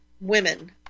women